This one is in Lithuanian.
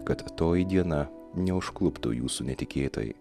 kad toji diena neužkluptų jūsų netikėtai